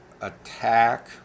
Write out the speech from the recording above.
attack